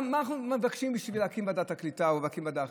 מה אנחנו מבקשים בשביל להקים את ועדת הקליטה או להקים ועדה אחרת?